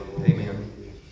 amen